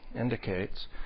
indicates